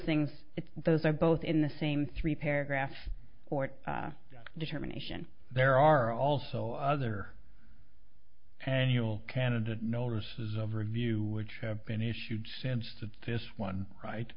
things those are both in the same three paragraph or two determination there are also other annual candidate notices of review which have been issued sense to this one right